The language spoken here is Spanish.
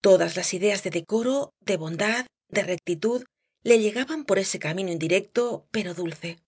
todas las ideas de decoro de bondad de rectitud le llegaban por ese camino indirecto pero dulce